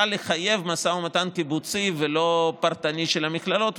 לחייב משא ומתן קיבוצי ולא פרטני של המכללות,